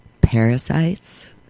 parasites